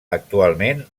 actualment